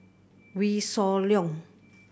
Wee Shoo Leong